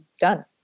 done